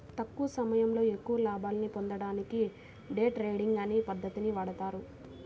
తక్కువ సమయంలో ఎక్కువ లాభాల్ని పొందడానికి డే ట్రేడింగ్ అనే పద్ధతిని వాడతారు